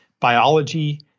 biology